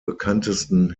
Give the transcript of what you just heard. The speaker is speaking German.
bekanntesten